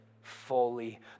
fully